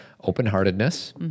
Open-heartedness